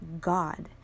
God